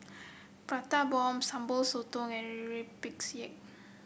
Prata Bomb Sambal Sotong and rempeyek